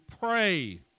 pray